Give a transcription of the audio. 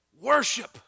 worship